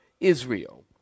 Israel